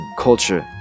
culture